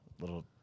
little